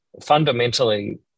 fundamentally